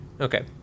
Okay